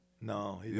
No